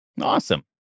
awesome